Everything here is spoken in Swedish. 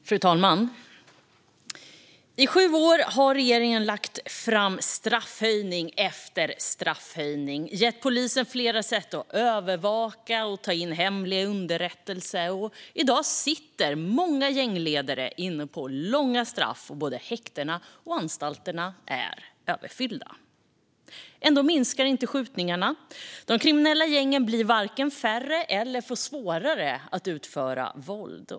Fru talman! I sju år har regeringen lagt fram straffhöjning efter straffhöjning och gett polisen flera sätt att övervaka och ta in hemlig underrättelse, och i dag sitter många gängledare inne på långa straff och både häktena och anstalterna är överfyllda. Ändå minskar inte skjutningarna. De kriminella gängen blir inte färre och får heller inte svårare att utöva våld.